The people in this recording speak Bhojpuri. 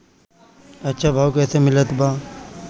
अच्छा भाव कैसे मिलत बा?